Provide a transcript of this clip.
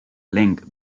link